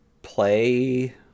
Play